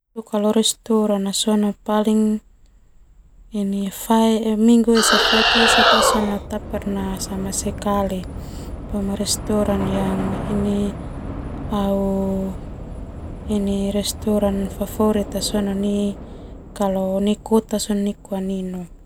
Restoran Minggu esa faik esa tasona tapernah sama sekali restoran favorit nai kota.